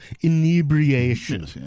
inebriation